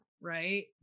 right